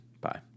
Bye